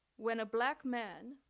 when a black man